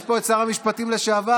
נמצא פה שר המשפטים לשעבר?